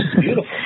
beautiful